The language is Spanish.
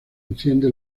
enciende